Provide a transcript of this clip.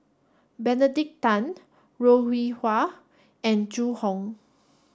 Benedict Tan Ho Rih Hwa and Zhu Hong